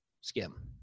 skim